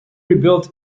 rebuilt